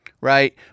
right